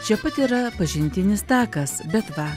čia pat yra pažintinis takas bet va